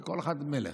כי כל אחד הוא מלך,